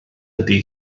ydy